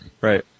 Right